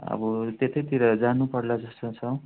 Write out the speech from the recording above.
अब त्यतैतिर जानु पर्ला जस्तो छ